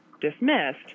dismissed